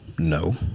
No